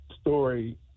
story